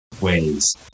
ways